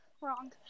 Wrong